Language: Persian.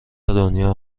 دنیا